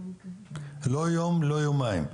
לא יום לא יומיים.